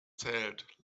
zählt